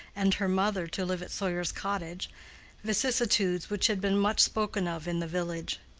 and her mother to live at sawyer's cottage vicissitudes which had been much spoken of in the village.